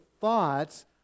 thoughts